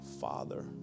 Father